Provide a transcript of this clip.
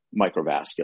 microvascular